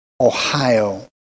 Ohio